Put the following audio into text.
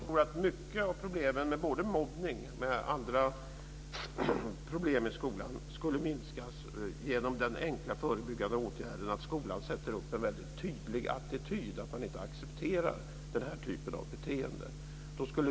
Fru talman! Jag tror att mycket av problemen med både mobbning och andra problem i skolan skulle minska genom den enkla förebyggande åtgärden att skolan sätter upp en mycket tydlig attityd, att man inte accepterar den här typen av beteende.